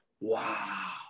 wow